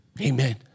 Amen